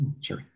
Sure